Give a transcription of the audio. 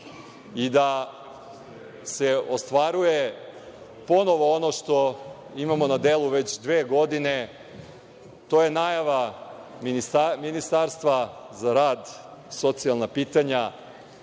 i da se ostvaruje ponovo ono što imamo na delu već dve godine, to je najava Ministarstva za rad i socijalna pitanja